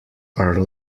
are